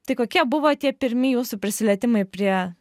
tai kokie buvo tie pirmi jūsų prisilietimai prie